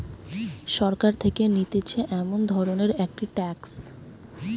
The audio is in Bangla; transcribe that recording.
সরকার থেকে নিতেছে এমন ধরণের একটি ট্যাক্স